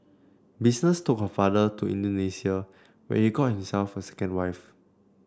business took her father to Indonesia where he got himself a second wife